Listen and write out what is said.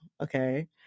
okay